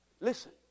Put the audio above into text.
Listen